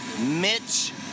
Mitch